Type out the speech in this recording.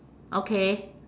okay